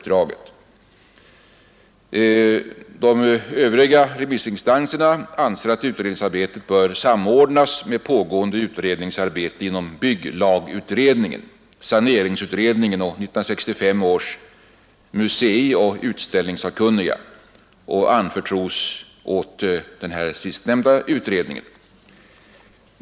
De övriga remissinstanserna anser att utredningsarbetet bör samordnas med pågående utredningsarbete inom bygglagutredningen, saneringsutredningen och 1965 års museioch utställningssakkunniga samt anförtros åt den sistnämnda utredningen.